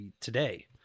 today